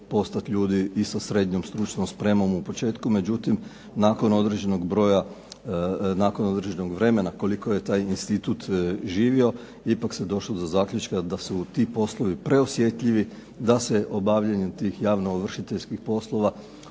postati ljudi i sa srednjom stručnom spremom u početku. Međutim, nakon određenog broja, nakon određenog vremena koliko je taj institut živio ipak se došlo do zaključka da su ti poslovi preosjetljivi, da se obavljanjem tih javno-ovršiteljskih poslova